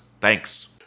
Thanks